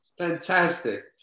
Fantastic